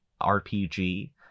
RPG